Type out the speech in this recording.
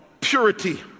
purity